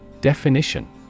Definition